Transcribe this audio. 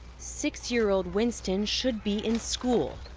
six-year-old winston should be in school.